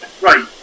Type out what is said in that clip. Right